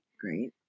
Great